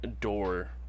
door